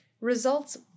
Results